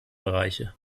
bereiche